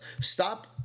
stop